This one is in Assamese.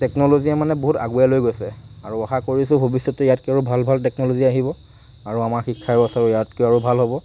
টেকনলজীয়ে মানে বহুত আগুৱাই লৈ গৈছে আৰু আশা কৰিছোঁ ভৱিষ্যতে ইয়াতকৈয়ো আৰু ভাল ভাল টেকনলজী আহিব আৰু আমাৰ শিক্ষা ব্যৱস্থাটো ইয়াতকৈ আৰু ভাল হ'ব